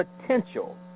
potential